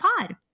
pod